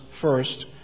first